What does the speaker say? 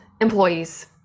employees